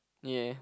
ya